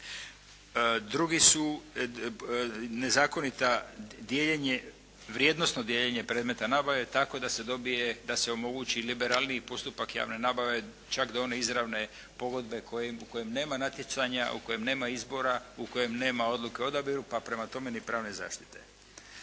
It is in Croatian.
Drugi su nezakonito dijeljenje, vrijednosno dijeljenje predmeta nabave tako da se dobije, da se omogući liberalniji postupak javne nabave, čak do one izravne pogodbe u kojem nema natjecanja, u kojem nema izbora, u kojem nema odluke o odabiru, pa prema tome ni pravne zaštite.